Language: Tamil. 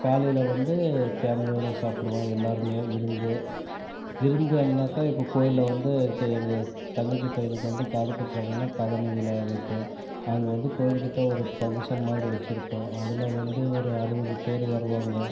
காலையில் வந்து ஃபேம்லியோடு சாப்பிடுவோம் எல்லாேருமே விருந்து விருந்துன்னாக்கால் இப்போ கோயிலில் வந்து இப்போ எங்கள் தங்கச்சி பையனுக்கு வந்து காது குத்துகிறாங்கன்னா காதணி விழா வைப்போம் அங்கே வந்து கோயில் கிட்டே ஒரு ஃபங்ஷன் மாதிரி வச்சுருப்போம் அதில் வந்து ஒரு அறுபது பேர் வருவாங்க